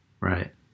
right